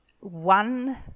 One